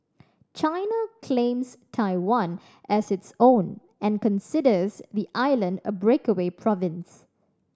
China claims Taiwan as its own and considers the island a breakaway province